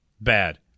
Bad